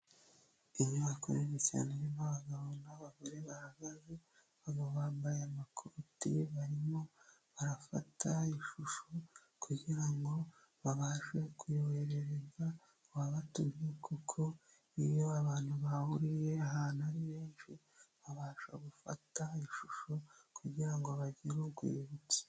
Inyubako nini cyane irimo abagabo n'abagore bahagaze, abo bambaye amakoti barimo barafata ishusho kugira ngo babashe kuyoherereza ababatumye kuko iyo abantu bahuriye ahantu ari benshi babasha gufata ishusho kugira ngo bagire urwibutso.